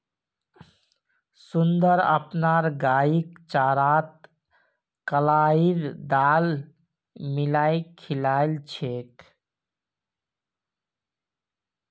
सुंदर अपनार गईक चारात कलाईर दाल मिलइ खिला छेक